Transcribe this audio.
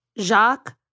Jacques